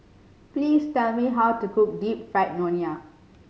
please tell me how to cook Deep Fried Ngoh Hiang